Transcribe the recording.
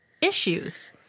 issues